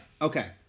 Okay